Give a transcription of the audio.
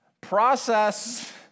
process